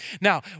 Now